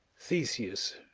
theseus,